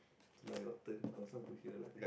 it's now your turn concern put here right